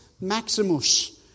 Maximus